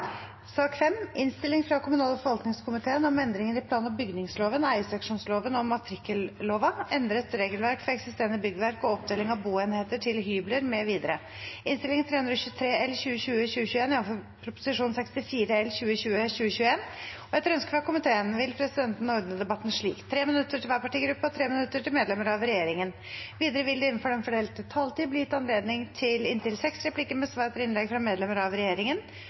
sak, men la oss ikke betvile hverandres motivasjon. Flere har ikke bedt om ordet til sak nr. 4. Etter ønske fra kommunal- og forvaltningskomiteen vil presidenten ordne debatten slik: 3 minutter til hvert partigruppe og 3 minutter til medlemmer av regjeringen. Videre vil det – innenfor den fordelte taletid – bli gitt anledning til inntil seks replikker med svar etter innlegg fra medlemmer av regjeringen,